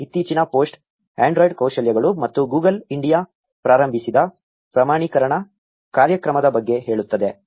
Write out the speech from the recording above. ಮೊದಲ ಇತ್ತೀಚಿನ post Android ಕೌಶಲ್ಯಗಳು ಮತ್ತು ಗೂಗಲ್ ಇಂಡಿಯಾ ಪ್ರಾರಂಭಿಸಿದ ಪ್ರಮಾಣೀಕರಣ ಕಾರ್ಯಕ್ರಮದ ಬಗ್ಗೆ ಹೇಳುತ್ತದೆ